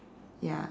ya